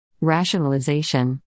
Rationalization